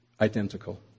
identical